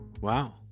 Wow